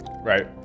right